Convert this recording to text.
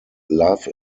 love